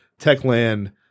Techland